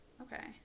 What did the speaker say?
okay